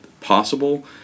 possible